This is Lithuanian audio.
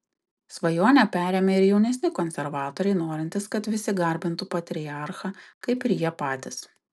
svajonę perėmė ir jaunesni konservatoriai norintys kad visi garbintų patriarchą kaip ir jie patys